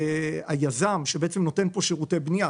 היזם שנותן פה שירותי בנייה,